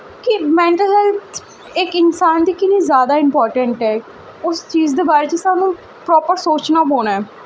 कि mental health इक इंसान दी किन्ना जादा इंपार्टैंट ऐ उस चीज दे बारे च सानू प्रापर सोचना पौना ऐ